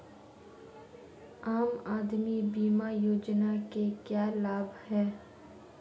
आम आदमी बीमा योजना के क्या लाभ हैं?